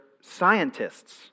scientists